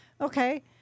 Okay